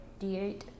d8